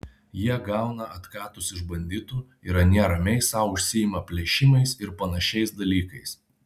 jie gauna atkatus iš banditų ir anie ramiai sau užsiima plėšimais ir panašiais dalykais